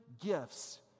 gifts